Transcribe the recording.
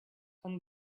and